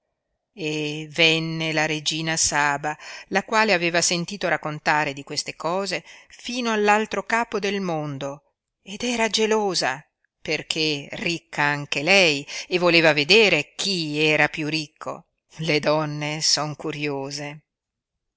venne la regina saba la quale aveva sentito raccontare di queste cose fino all'altro capo del mondo ed era gelosa perché ricca anche lei e voleva vedere chi era piú ricco le donne son curiose